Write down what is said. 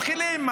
ומתחילים,